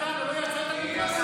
קיצצת 100 מיליון שקל.